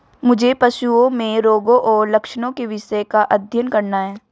मुझे पशुओं में रोगों और लक्षणों के विषय का अध्ययन करना है